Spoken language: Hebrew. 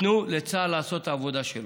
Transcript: תנו לצה"ל לעשות את העבודה שלו.